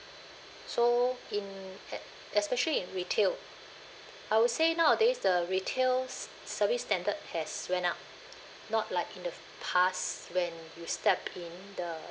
so in e~ especially in retail I would say nowadays the retails service standard has went up not like in the past when you step in the